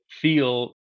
feel